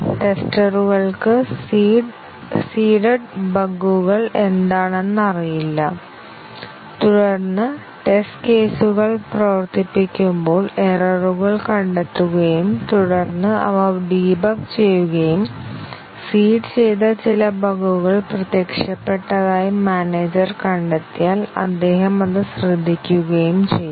ടെസ്റ്ററുകൾക്ക് seeded ബഗ്ഗുകൾ എന്താണെന്ന് അറിയില്ല തുടർന്ന് ടെസ്റ്റ് കേസുകൾ പ്രവർത്തിപ്പിക്കുമ്പോൾ എററുകൾ കണ്ടെത്തുകയും തുടർന്ന് അവ ഡീബഗ് ചെയ്യുകയും സീഡ് ചെയ്ത ചില ബഗുകൾ പ്രത്യക്ഷപ്പെട്ടതായി മാനേജർ കണ്ടെത്തിയാൽ അദ്ദേഹം അത് ശ്രദ്ധിക്കുകയും ചെയ്യും